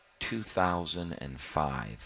2005